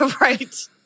Right